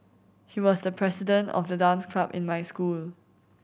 he was the president of the dance club in my school